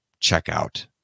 checkout